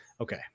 Okay